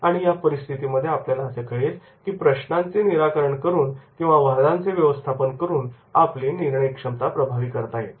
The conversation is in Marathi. आणि या परिस्थितीमध्ये आपल्याला असे कळेल की प्रश्नांचे निराकरण करून किंवा वादांचे व्यवस्थापन करून आपली निर्णयक्षमता प्रभावी करता येते